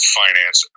finance